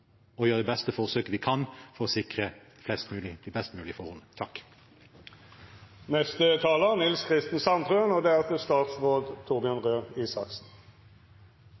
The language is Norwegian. å gjøre det beste forsøket vi kan for å sikre flest mulig de best